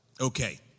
Okay